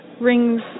rings